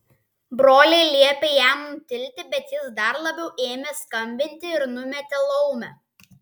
broliai liepė jam nutilti bet jis dar labiau ėmė skambinti ir numetė laumę